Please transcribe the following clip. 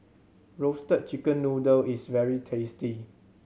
Roasted Chicken Noodle is very tasty